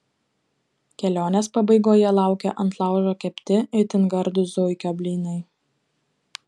kelionės pabaigoje laukia ant laužo kepti itin gardūs zuikio blynai